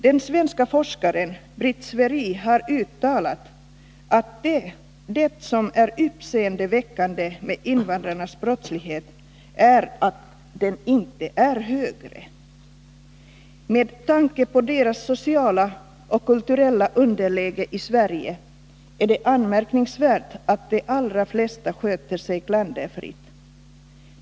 Den svenska forskaren Britt Sveri har uttalat att det som är uppseendeväckande med invandrarnas brottslighet är att den inte är högre. Med tanke på deras sociala och kulturella underläge i Sverige är det anmärkningsvärt att de allra flesta sköter sig klanderfritt.